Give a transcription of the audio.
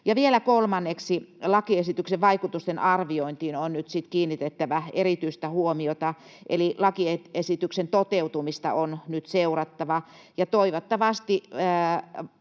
Ja vielä kolmanneksi lakiesityksen vaikutusten arviointiin on nyt sitten kiinnitettävä erityistä huomiota, eli lakiesityksen toteutumista on nyt seurattava. Toivottavasti